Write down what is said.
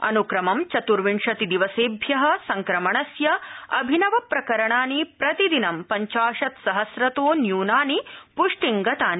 अनुक्रमं चतुर्विंशतिदिवसेभ्य संक्रमणस्य अभिनवप्रकरणानि प्रतिदिनं पंचाशत् सहस्रतो न्यूनानि पुष्टिंगतानि